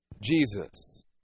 jesus